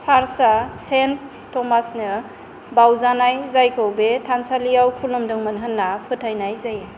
चार्चआ सेन्ट थमासनो बावजानाय जायखौ बे थानसालियाव खुलुमदोंमोन होन्ना फोथायनाय जायो